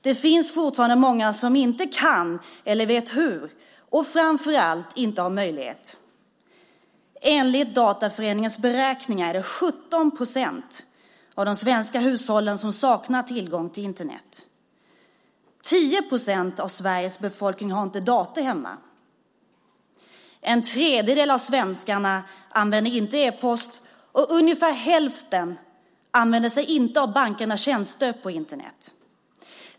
Det finns fortfarande många som inte kan eller inte vet hur man använder Internet, och framför allt är det många som inte har möjlighet att göra det. Enligt Dataföreningens beräkningar saknar 17 procent av de svenska hushållen tillgång till Internet. 10 procent av Sveriges befolkning har inte dator hemma. En tredjedel av svenskarna använder inte e-post, och ungefär hälften använder sig inte av bankernas tjänster på Internet.